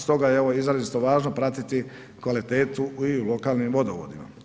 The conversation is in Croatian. Stoga je izrazito važno pratiti kvalitetu i u lokalnim vodovodima.